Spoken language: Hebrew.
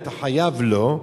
אתה חייב לו,